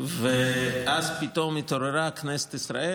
ואז פתאום התעוררה כנסת ישראל,